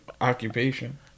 occupation